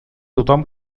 tothom